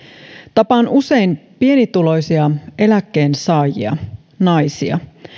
tapaan usein pienituloisia eläkkeensaajia naisia